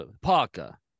Parker